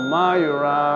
Mayura